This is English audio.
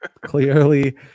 clearly